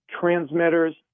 transmitters